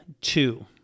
two